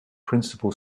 principal